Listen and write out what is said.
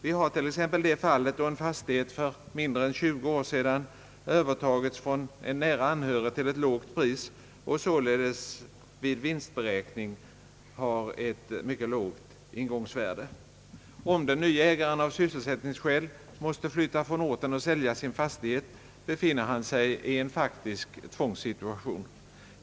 Vi har t.ex. det fallet för en fastighet som för mindre än 20 år sedan övertagits från en nära anhörig till ett lågt pris och således vid vinstberäkning har ett mycket lågt ingångsvärde. Om den nye ägaren av sysselsättningsskäl måste flytta från orten och sälja sin fastighet befinner han sig i en faktisk tvångssituation.